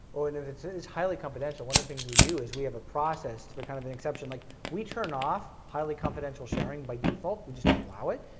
oh and if it's highly confidential, one of the things we do is we have a process to be kind of an exception, like we turn off highly confidential sharing by default, we just don't allow it.